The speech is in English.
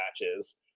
matches